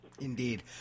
Indeed